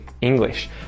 English